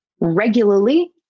regularly